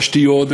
בתשתיות,